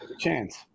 Chance